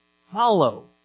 Follow